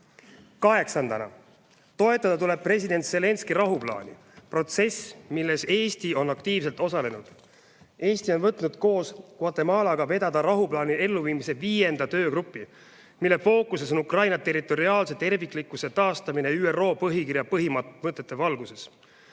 Kaheksandaks, toetada tuleb president Zelenskõi rahuplaani, protsessi, milles Eesti on aktiivselt osalenud. Eesti on võtnud koos Guatemalaga vedada rahuplaani elluviimise 5. töögruppi, mille fookuses on Ukraina territoriaalse terviklikkuse taastamine ÜRO põhikirja põhimõtete valguses.